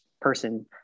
person